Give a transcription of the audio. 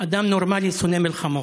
אדם נורמלי שונא מלחמות.